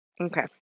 Okay